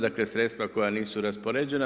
Dakle, sredstva koja nisu raspoređena.